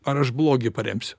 ar aš blogį paremsiu